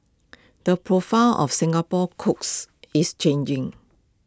the profile of Singapore's cooks is changing